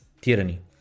tyranny